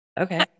Okay